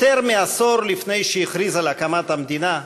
יותר מעשור לפני שהכריז על הקמת המדינה,